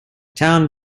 town